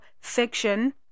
section